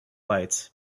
lights